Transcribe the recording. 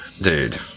Dude